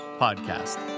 podcast